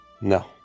no